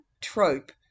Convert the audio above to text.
trope